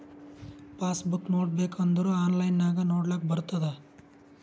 pass book ನೋಡ್ಬೇಕ್ ಅಂದುರ್ online ನಾಗು ನೊಡ್ಲಾಕ್ ಬರ್ತುದ್